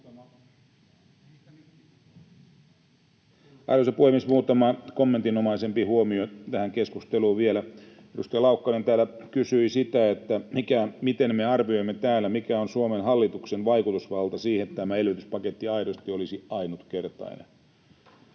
Arvoisa puhemies! Muutama kommentinomaisempi huomio tähän keskusteluun vielä. Edustaja Laukkanen kysyi sitä, miten me arvioimme täällä, mikä on Suomen hallituksen vaikutusvalta siihen, että tämä elvytyspaketti aidosti olisi ainutkertainen.